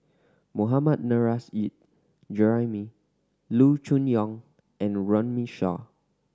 Mohammad Nurrasyid Juraimi Loo Choon Yong and Runme Shaw